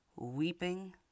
Weeping